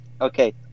Okay